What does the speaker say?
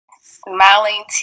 Smiling